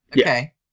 Okay